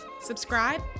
Subscribe